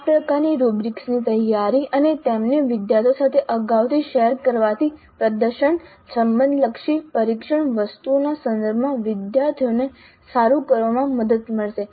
આ પ્રકારની રુબ્રિક્સની તૈયારી અને તેમને વિદ્યાર્થીઓ સાથે અગાઉથી શેર કરવાથી પ્રદર્શન સંબંધિતલક્ષી પરીક્ષણ વસ્તુઓના સંદર્ભમાં વિદ્યાર્થીઓને સારું કરવામાં મદદ મળશે